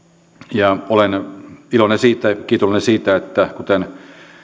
ja olen iloinen siitä kiitollinen siitä että kuten